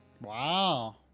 Wow